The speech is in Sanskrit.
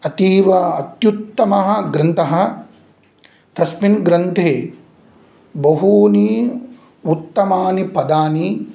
अतीव अत्युत्तमः ग्रन्थः तस्मिन् ग्रन्थे बहूनि उत्तमानि पदानि